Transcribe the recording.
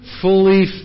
fully